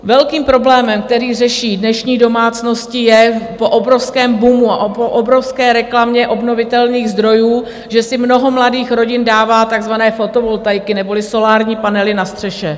Velkým problémem, který řeší dnešní domácnosti, je po obrovském boomu a po obrovské reklamě obnovitelných zdrojů, že si mnoho mladých rodin dává takzvané fotovoltaiky neboli solární panely na střechu.